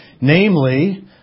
Namely